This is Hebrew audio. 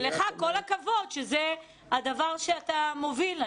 ולך כל הכבוד שזה הדבר שאתה מוביל.